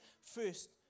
first